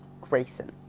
Grayson